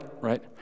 right